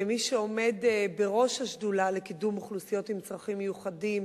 כמי שעומד בראש השדולה לקידום אוכלוסיות עם צרכים מיוחדים,